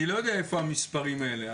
אני לא יודע איפה המספרים האלה,